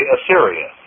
Assyria